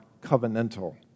covenantal